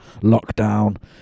lockdown